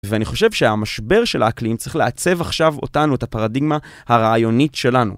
ואני חושב שהמשבר של האקלים צריך לעצב עכשיו אותנו, את הפרדיגמה הרעיונית שלנו.